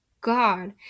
god